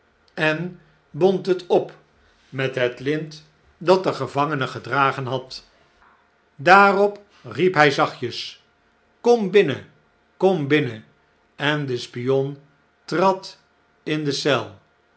en bond het op met het lint dat de gevangene gedragen had daarop riep hjj zachtjes kom binnen kom binnen en de spion trad in de